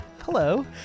Hello